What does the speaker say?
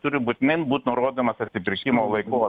turi būtinai būt nurodomas atsipirkimo laiko